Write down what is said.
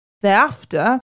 Thereafter